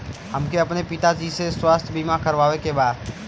हमके अपने पिता जी के स्वास्थ्य बीमा करवावे के बा?